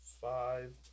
Five